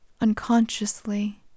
unconsciously